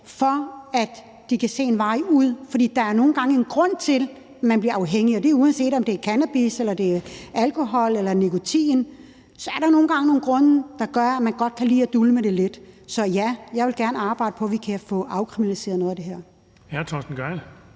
så de kan se en vej ud af det. For der er nogle gange en grund til, at man bliver afhængig, og det er, uanset om det er cannabis eller det er alkohol eller nikotin. Så der er nogle gange nogle grunde, der gør, at man godt kan lide at dulme det lidt. Så ja, jeg vil gerne arbejde på, at vi kan få afkriminaliseret noget af det her.